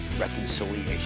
reconciliation